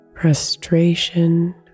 frustration